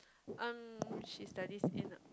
um she's studies in uh